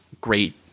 great